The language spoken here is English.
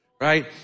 Right